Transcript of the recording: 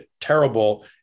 terrible